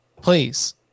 please